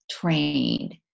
trained